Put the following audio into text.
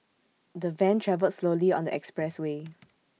the van travelled slowly on the expressway